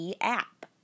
app